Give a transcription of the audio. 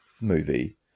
movie